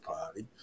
party